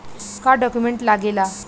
का डॉक्यूमेंट लागेला?